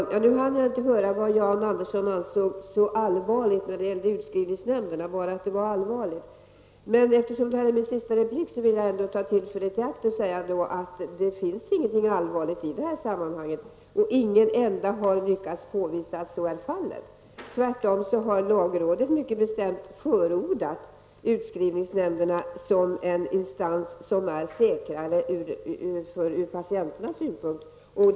Herr talman! Jag hörde inte vad det var Jan Andersson ansåg vara så allvarligt när det gäller utskrivningsnämnderna. Jag hörde bara att han tyckte att något var allvarligt. Eftersom det här är min sista replik vill jag ta tillfället i akt och säga att det inte finns någonting som är allvarligt i det här sammanhanget. Inte någon enda har lyckats påvisa att så skulle vara fallet. Tvärtom har lagrådet mycket bestämt förordat utskrivningsnämnderna som en instans som från patientsynpunkt är säkrare.